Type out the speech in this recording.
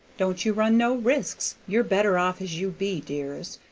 don't you run no risks, you're better off as you be, dears.